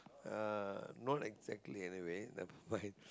uh not exactly anyway never mind